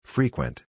Frequent